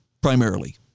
primarily